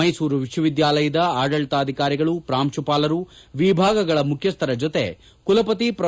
ಮೈಸೂರು ವಿಶ್ವವಿದ್ಯಾಲಯದ ಆಡಳಿತಾಧಿಕಾರಿಗಳು ಪ್ರಾಂಶುಪಾಲರು ವಿಭಾಗಗಳ ಮುಖ್ಯಸ್ಥರ ಜೊತೆ ಕುಲಪತಿ ಪ್ರೊ